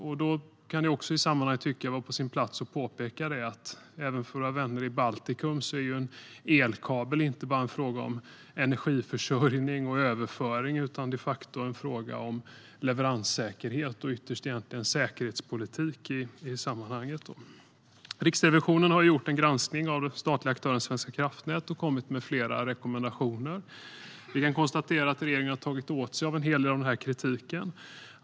Jag tycker att det i sammanhanget kan vara på sin plats att påpeka att för våra vänner i Baltikum är en elkabel inte bara en fråga om energiförsörjning och överföring utan de facto en fråga om leveranssäkerhet och ytterst egentligen säkerhetspolitik. Riksrevisionen har gjort en granskning av den statliga aktören Svenska kraftnät och kommit med flera rekommendationer. Vi kan konstatera att regeringen har tagit åt sig av en hel del av kritiken.